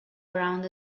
around